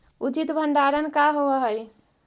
उचित भंडारण का होव हइ?